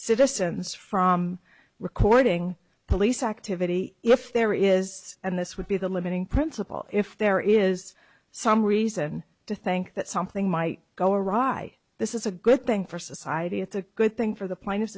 citizens from recording police activity if there is and this would be the limiting principle if there is some reason to think that something might go right this is a good thing for society it's a good thing for the pla